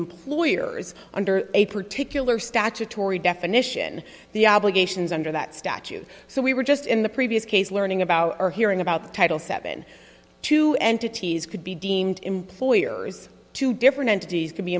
employers under a particular statutory definition the obligations under that statute so we were just in the previous case learning about our hearing about the title seven two entities could be deemed employers two different entities c